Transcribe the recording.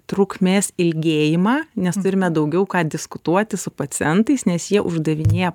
trukmės ilgėjimą nes turime daugiau ką diskutuoti su pacientais nes jie uždavinėja